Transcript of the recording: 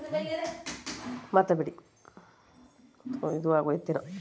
financial accounting standard board FAC, GASB, GASC ಗಳನ್ನು ಒಳ್ಗೊಂಡಿದೆ